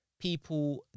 people